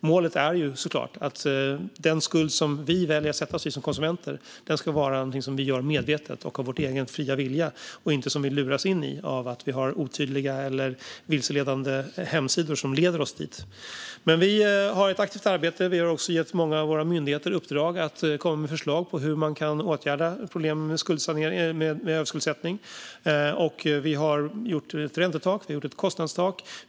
Målet är såklart att konsumenter som sätter sig i skuld ska göra det medvetet och av sin egen fria vilja och inte luras in i det av otydliga eller vilseledande hemsidor som leder dem dit. Vi har ett aktivt arbete. Vi har gett många av våra myndigheter i uppdrag att komma med förslag på hur man kan åtgärda problemen med överskuldsättning. Vi har gjort ett räntetak. Vi har gjort ett kostnadstak.